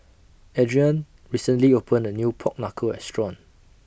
Adrianne recently opened A New Pork Knuckle Restaurant